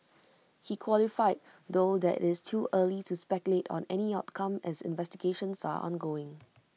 he qualified though that IT is too early to speculate on any outcome as investigations are ongoing